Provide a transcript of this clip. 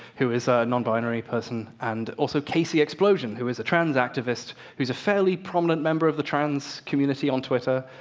who is a non-binary person, and also caseyexplosion, who is a trans activist, who's a fairly prominent member of the trans community on twitter.